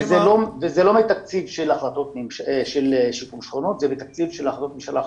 זה לא מתקציב של שיקום שכונות אלא זה מתקציב של החלטות ממשלה,